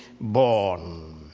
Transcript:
born